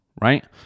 right